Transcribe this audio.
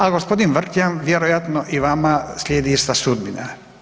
A gospodin Vrkljan vjerojatno i vama slijedi ista sudbina.